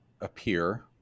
appear—